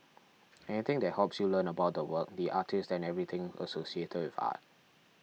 anything that helps you learn about the work the artist and everything associated with art